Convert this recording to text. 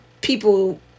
people